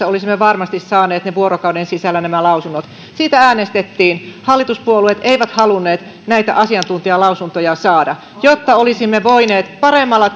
olisimme varmasti saaneet ne lausunnot vuorokauden sisällä siitä äänestettiin hallituspuolueet eivät halunneet näitä asiantuntijalausuntoja saada jotta olisimme voineet paremmalla